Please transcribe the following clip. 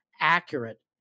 accurate